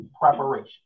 preparation